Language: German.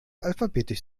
alphabetisch